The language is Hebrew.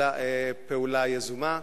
אלא פעולה יזומה.